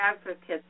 advocates